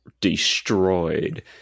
destroyed